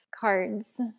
cards